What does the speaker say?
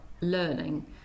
learning